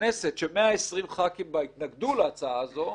הכנסת ש-120 ח"כים בה התנגדו להצעה הזו,